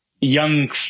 young